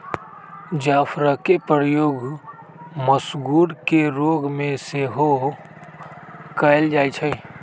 जाफरके प्रयोग मसगुर के रोग में सेहो कयल जाइ छइ